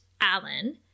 Alan